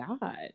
God